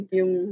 yung